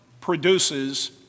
produces